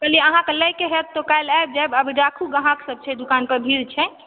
कहलिए अहाँके लैक हैत त काल्हि आबि जायब अभी राखू ग्राहक सब छै दुकान पर भीड़ छै